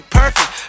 perfect